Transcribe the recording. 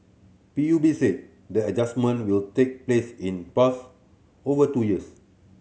P U B said the adjustment will take place in pass over two years